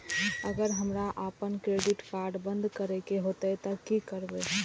अगर हमरा आपन क्रेडिट कार्ड बंद करै के हेतै त की करबै?